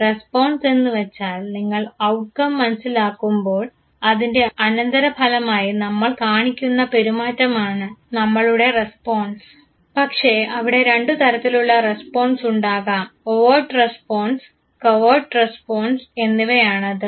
response എന്നുവെച്ചാൽ നിങ്ങൾ outcome മനസ്സിലാക്കുമ്പോൾ അതിൻറെ അനന്തരഫലമായി നമ്മൾ കാണിക്കുന്ന പെരുമാറ്റമാണ് നമ്മളുടെ റെസ്പോൺസ് പക്ഷേ അവിടെ രണ്ടു തരത്തിലുള്ള റസ്പോൺസ്സ് ഉണ്ടാകാം ഒവേർട്ട് റെസ്പോൺസ് കവേർട്ട് റെസ്പോൺസ് എന്നിവയാണത്